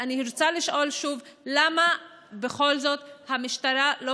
אני רוצה לשאול שוב: למה בכל זאת המשטרה לא